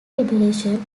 liberation